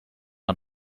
not